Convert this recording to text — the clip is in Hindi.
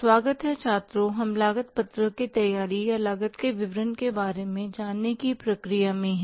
स्वागत है छात्रों हम लागत पत्रक की तैयारी या लागत के विवरण के बारे में जानने की प्रक्रिया में हैं